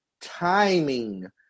timing